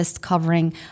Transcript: covering